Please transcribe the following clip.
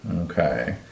Okay